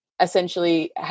essentially